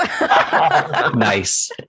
nice